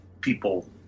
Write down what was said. people